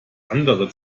andere